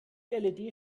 led